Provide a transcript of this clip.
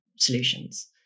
solutions